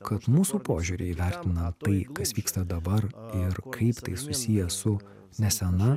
kad mūsų požiūriai vertinant tai kas vyksta dabar ir kaip tai susiję su nesena